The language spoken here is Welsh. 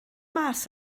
mas